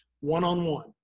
one-on-one